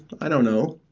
i don't know.